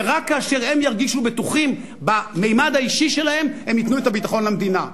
רק כאשר הם ירגישו בטוחים בממד האישי שלהם הם ייתנו את הביטחון למדינה.